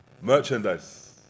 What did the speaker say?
Merchandise